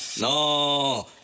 No